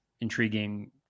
intriguing